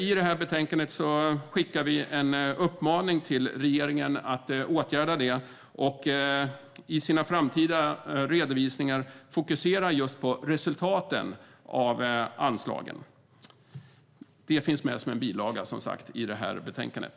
I det här betänkandet skickar vi en uppmaning till regeringen om att åtgärda det, om att de i sina framtida redovisningar ska fokusera på just resultaten av anslagen. Det finns som sagt med som bilaga i betänkandet.